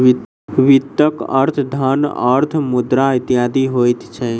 वित्तक अर्थ धन, अर्थ, मुद्रा इत्यादि होइत छै